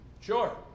Sure